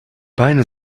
beine